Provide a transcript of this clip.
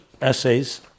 essays